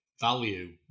value